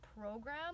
program